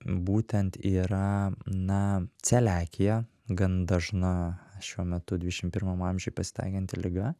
būtent yra na celiakija gan dažna šiuo metu dvidešimt pirmam amžiuj pasitaikanti liga